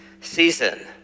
season